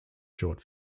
short